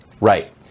Right